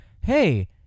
Hey